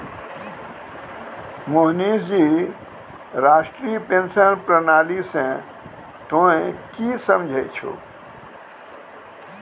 मोहनीश जी राष्ट्रीय पेंशन प्रणाली से तोंय की समझै छौं